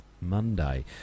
Monday